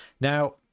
Now